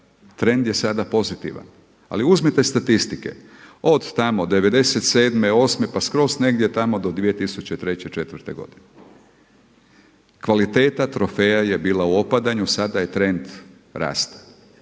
trend je sada pozitivan. Ali uzmite statistike od tamo '97., osme, pa skroz negdje tamo do 2003., četvrte godine. Kvaliteta trofeja je bila u opadanju. Sada je trend rasta.